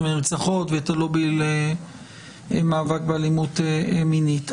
והנרצחות ואת הלובי במאבק באלימות מינית.